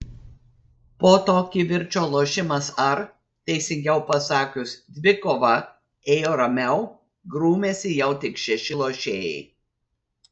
po to kivirčo lošimas ar teisingiau pasakius dvikova ėjo ramiau grūmėsi jau tik šeši lošėjai